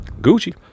gucci